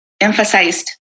emphasized